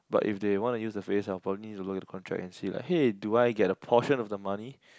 but if they want to use the face I'll probably need to look at the contract and see like hey do I get a portion of the money